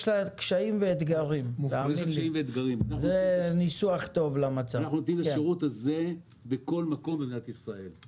אנחנו נותנים את השירות הזה בכל מקום במדינת ישראל.